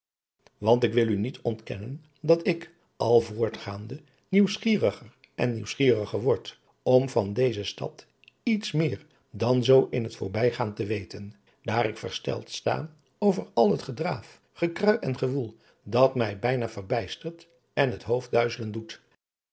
want ik wil u niet ontkennen dat ik al voortgaande nieuwsgieriger en nieuwsgieriger word om van deze stad iets meer dan zoo in het voorbijgaan te weten daar ik versteld sta over al het gedraaf gekrui en gewoel dat mij bijna verbijstert en het hoofd duizelen doet